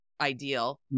ideal